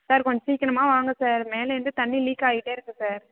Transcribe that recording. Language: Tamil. சார் கொஞ்சம் சீக்கிரமா வாங்க சார் மேலேருந்து தண்ணி லீக் ஆகிட்டே இருக்குது